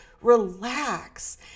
relax